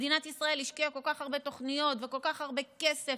מדינת ישראל השקיעה כל כך הרבה תוכניות וכל כך הרבה כסף,